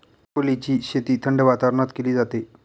ब्रोकोलीची शेती थंड वातावरणात केली जाते